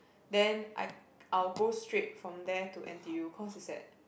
then I I will go straight from there to n_t_u cause is that